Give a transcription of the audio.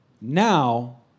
now